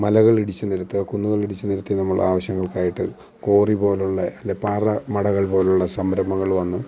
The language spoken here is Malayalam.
മലകളിടിച്ച് നിരത്തുക കുന്നുകളിടിച്ച് നിരത്തി നമ്മൾ ആവശ്യങ്ങൾക്കായിട്ട് കോറി പോലുള്ള അല്ലെൽ പാറ മടകൾ പോലുള്ള സംരംഭങ്ങൾ വന്ന്